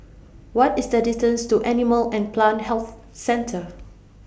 What IS The distance to Animal and Plant Health Centre